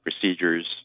procedures